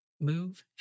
move